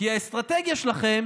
כי האסטרטגיה שלכם